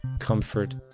comfort,